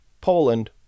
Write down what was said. Poland